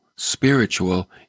Spiritual